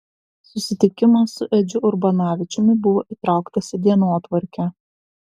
susitikimas su edžiu urbanavičiumi buvo įtrauktas į dienotvarkę